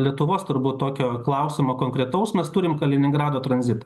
lietuvos turbūt tokio klausimo konkretaus mes turim kaliningrado tranzitą